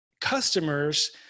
customers